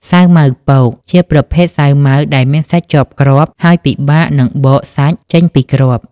សាវម៉ាវពក ជាប្រភេទសាវម៉ាវដែលមានសាច់ជាប់គ្រាប់ ហើយពិបាកនឹងបកសាច់ចេញពីគ្រាប់។